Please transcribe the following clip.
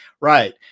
Right